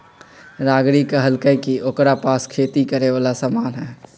रागिनी कहलकई कि ओकरा पास खेती करे वाला समान हई